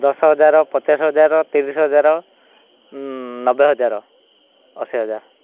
ଦଶ ହଜାର ପଚାଶ ହଜାର ତିରିଶି ହଜାର ନବେ ହଜାର ଅଶୀ ହଜାର